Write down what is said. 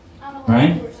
Right